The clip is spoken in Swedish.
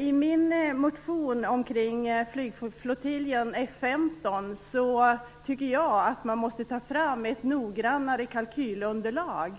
I min motion om flygflottiljen F 15 tycker jag att man måste ta fram ett noggrannare kalkylunderlag,